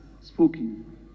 spoken